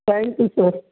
thank you sir